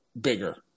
bigger